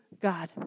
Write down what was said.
God